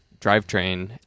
drivetrain